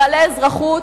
בעלי אזרחות,